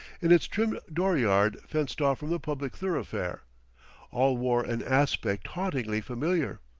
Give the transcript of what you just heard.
in its trim dooryard fenced off from the public thoroughfare all wore an aspect hauntingly familiar,